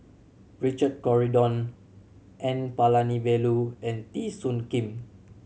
Richard Corridon N Palanivelu and Teo Soon Kim